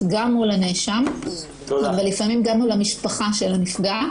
גם מול הנאשם ולפעמים גם מול המשפחה של הנפגע.